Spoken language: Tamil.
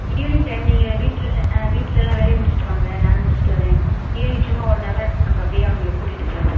ஈவினிங் டைம் நீங்கள் வீட்டில் வீட்டிலல்லாம் வேலையை முடிச்சுட்டு வாங்க நானும் முடிச்சுட்டு வர்றேன் ஈவினிங் சும்மா ஒன் அவர் நம்ம அப்படியே அவனுங்களை கூட்டிட்டு போவோம்